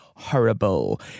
horrible